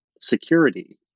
security